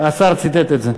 השר ציטט את זה.